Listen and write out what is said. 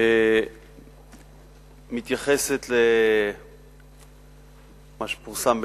מתייחסת למה שפורסם,